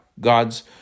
God's